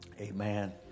Amen